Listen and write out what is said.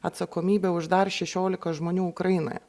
atsakomybė už dar šešiolika žmonių ukrainoje